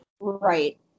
Right